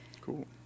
Cool